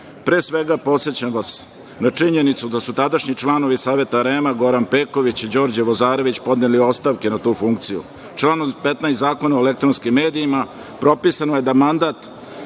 svega, podsećam vas na činjenicu da su tadašnji članovi Saveta REM-a Goran Peković i Đorđe Vozarević podneli ostavke na tu funkciju. Članom 15. Zakona o elektronskim medijima propisano je da mandat